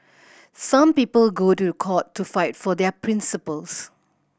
some people go to court to fight for their principles